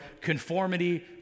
conformity